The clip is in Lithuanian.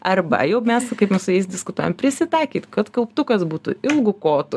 arba jau mes kaip mes su jais diskutuojam prisitaikyt kad kauptukas būtų ilgu kotu